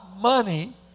money